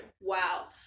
Wow